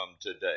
today